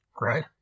Right